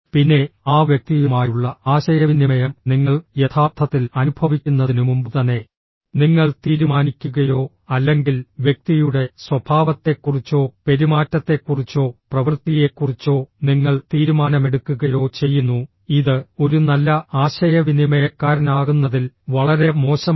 പിന്നെ ആ വ്യക്തിയുമായുള്ള ആശയവിനിമയം നിങ്ങൾ യഥാർത്ഥത്തിൽ അനുഭവിക്കുന്നതിനുമുമ്പുതന്നെ നിങ്ങൾ തീരുമാനിക്കുകയോ അല്ലെങ്കിൽ വ്യക്തിയുടെ സ്വഭാവത്തെക്കുറിച്ചോ പെരുമാറ്റത്തെക്കുറിച്ചോ പ്രവൃത്തിയെക്കുറിച്ചോ നിങ്ങൾ തീരുമാനമെടുക്കുകയോ ചെയ്യുന്നു ഇത് ഒരു നല്ല ആശയവിനിമയക്കാരനാകുന്നതിൽ വളരെ മോശമാണ്